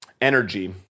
Energy